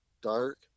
dark